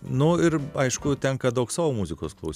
nu ir aišku tenka daug savo muzikos klaus